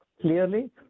clearly